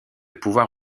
pouvoir